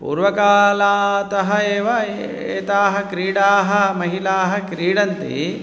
पूर्वकालात् एव एताः क्रीडाः महिलाः क्रीडन्ति